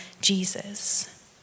Jesus